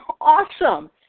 Awesome